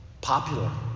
popular